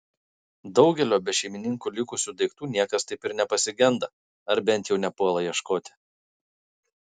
daugelio be šeimininkų likusių daiktų niekas taip ir nepasigenda ar bent jau nepuola ieškoti